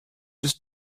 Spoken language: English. just